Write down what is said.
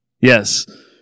Yes